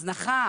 הזנחה,